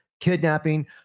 kidnapping